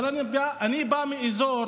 אבל אני בא מאזור